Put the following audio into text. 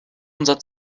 unsere